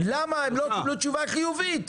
למה הם לא קיבלו תשובה חיובית?